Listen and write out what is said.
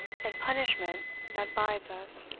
and punishment that bides us.